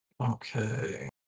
Okay